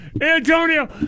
Antonio